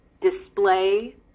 display